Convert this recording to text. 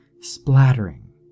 splattering